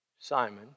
Simon